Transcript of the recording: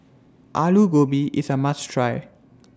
Alu Gobi IS A must Try